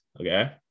Okay